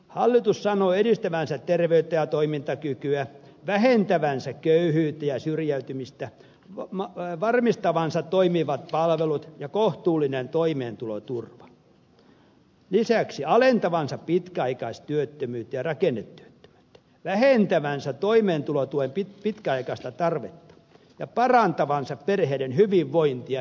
hallitus sanoo edistävänsä terveyttä ja toimintakykyä vähentävänsä köyhyyttä ja syrjäytymistä varmistavansa toimivat palvelut ja kohtuullisen toimeentuloturvan lisäksi alentavansa pitkäaikaistyöttömyyttä ja rakennetyöttömyyttä vähentävänsä toimeentulotuen pitkäaikaista tarvetta ja parantavansa perheiden hyvinvointia ja vanhemmuutta